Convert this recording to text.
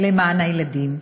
למען הילדים.